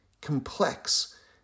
complex